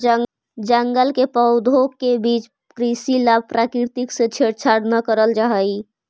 जंगल के पौधों के बीच कृषि ला प्रकृति से छेड़छाड़ न करल जा हई